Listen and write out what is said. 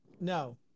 No